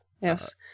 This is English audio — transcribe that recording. yes